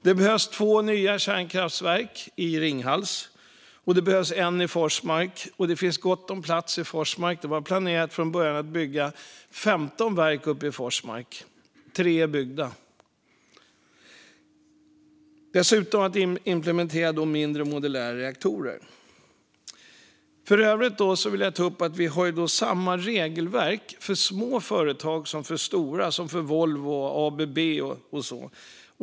Det behövs två nya kärnkraftverk i Ringhals, och det behövs ett nytt verk i Forsmark. Det finns gott om plats i Forsmark. Det var från början planerat att bygga 15 verk uppe i Forsmark - tre är byggda. Dessutom kan man implementera mindre modulära reaktorer. Jag vill ta upp att det är samma regelverk för små företag som för stora, till exempel Volvo och ABB.